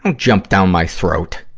um jump down my throat.